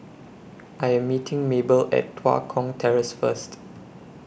I Am meeting Mabel At Tua Kong Terrace First